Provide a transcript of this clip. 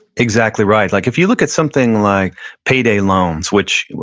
exactly right. like if you look at something like payday loans which,